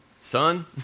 son